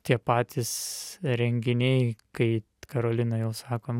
tie patys renginiai kai karolina jau sako